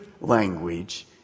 language